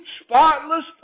spotless